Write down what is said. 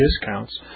discounts